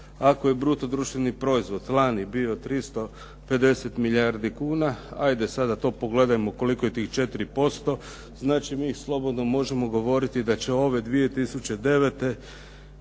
Ako je bruto društveni proizvod lani bio 350 milijardi kuna, hajde sada to pogledajmo koliko je tih 4%, znači mi slobodno možemo govoriti da će ove 2009.